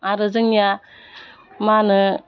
आरो जोंनिया मा होनो